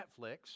Netflix